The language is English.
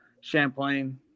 Champlain